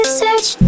search